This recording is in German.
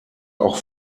auch